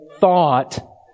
thought